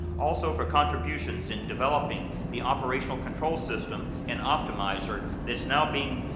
also for contributions in developing the operational control system and optimizer that's now being